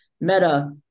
Meta